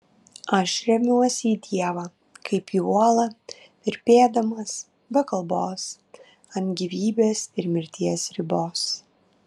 aš remiuosi į dievą kaip į uolą virpėdamas be kalbos ant gyvybės ir mirties ribos